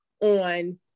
on